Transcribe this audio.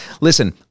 listen